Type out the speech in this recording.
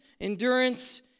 endurance